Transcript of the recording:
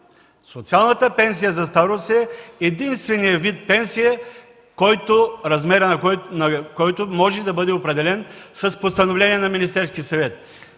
социалната пенсия за старост. Тя е единственият вид пенсия, размерът на който може да бъде определен с постановление на Министерския съвет.